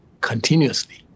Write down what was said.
continuously